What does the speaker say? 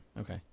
Okay